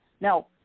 Now